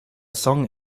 song